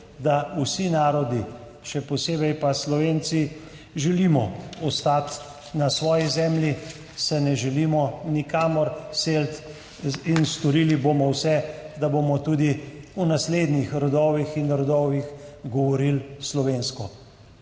da vsi narodi, še posebej pa Slovenci, želimo ostati na svoji zemlji, se ne želimo nikamor seliti, in storili bomo vse, da bomo tudi v naslednjih rodovih in rodovih govorili slovensko.